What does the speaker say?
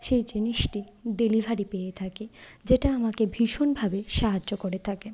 সেই জিনিসটি ডেলিভারি পেয়ে থাকি যেটা আমাকে ভীষণভাবে সাহায্য করে থাকে